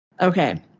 Okay